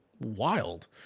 wild